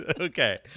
okay